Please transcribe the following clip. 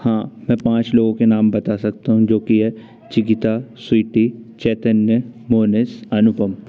हाँ मैं पाँच लोगों के नाम बता सकता हूँ जो कि है चिकिता स्वीटी चैतन्य मोनिस अनुपम